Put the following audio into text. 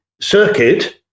circuit